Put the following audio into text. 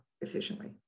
efficiently